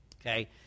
Okay